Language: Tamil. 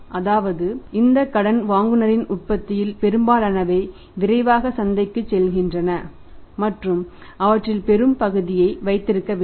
அதாவது இந்த கடன் வாங்குபவரின் உற்பத்தியில் பெரும்பாலானவை விரைவாக சந்தைக்குச் செல்கின்றன மற்றும் அவற்றில் பெரும்பகுதியை வைத்திருக்கவில்லை